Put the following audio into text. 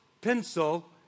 pencil